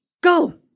go